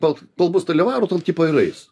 kol kol bus stalivarų tol tipo ir eis